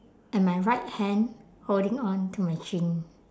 and my right hand holding on to my chin